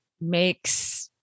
makes